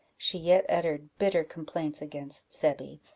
she yet uttered bitter complaints against zebby,